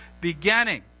beginning